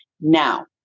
Now